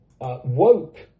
woke